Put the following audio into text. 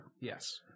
yes